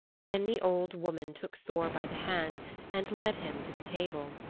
then the old woman took thor by the hand and led him to the table.